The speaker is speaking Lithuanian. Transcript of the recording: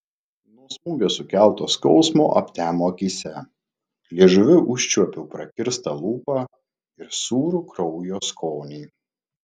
nuo smūgio sukelto skausmo aptemo akyse liežuviu užčiuopiau prakirstą lūpą ir sūrų kraujo skonį